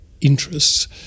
interests